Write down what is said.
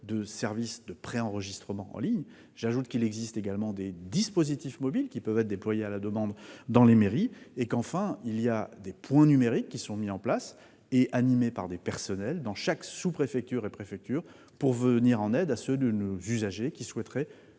de services de préenregistrement en ligne. Il existe également des dispositifs mobiles pouvant être déployés à la demande dans les mairies. Enfin, des points numériques sont mis en place et animés par des personnels dans chaque sous-préfecture et préfecture pour venir en aide à ceux de nos usagers qui souhaiteraient